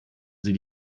sie